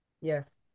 Yes